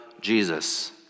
Jesus